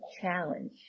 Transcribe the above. challenge